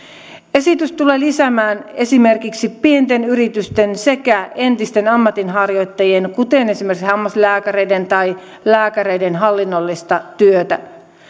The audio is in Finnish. esitys tulee lisäämään esimerkiksi pienten yritysten sekä entisten ammatinharjoittajien kuten esimerkiksi hammaslääkäreiden tai lääkäreiden hallinnollista työtä